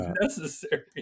necessary